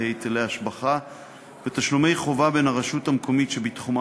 היטלי השבחה ותשלומי חובה בין הרשות המקומית שבתחומה